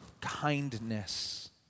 kindness